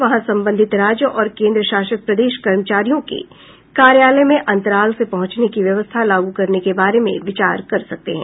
वहां संबंधित राज्य और केन्द्र शासित प्रदेश कर्मचारियों के कार्यालय में अंतराल से पहुंचने की व्यवस्था लागू करने के बारे में विचार कर सकते हैं